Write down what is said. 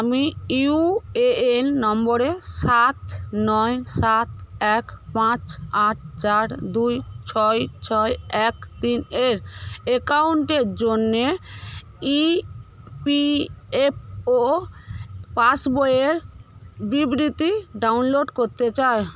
আমি U AN number সাত নয় সাত এক পাঁচ আট চার দুই ছয় ছয় এক তিন এর অ্যাকাউন্টের জন্য ই পি এফ ও পাসবইয়ের বিবৃতি ডাউনলোড করতে চাই